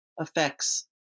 effects